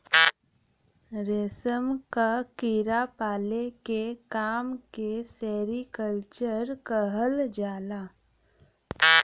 रेशम क कीड़ा पाले के काम के सेरीकल्चर कहल जाला